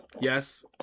Yes